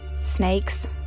Snakes